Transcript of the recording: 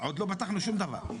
שום דבר.